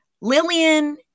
Lillian